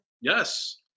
Yes